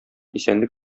исәнлек